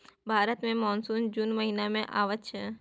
भारत मे मानसून जुन महीना मे आबय छै